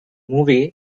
movie